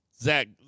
Zach